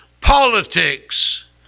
politics